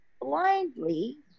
blindly